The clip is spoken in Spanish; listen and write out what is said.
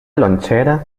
lonchera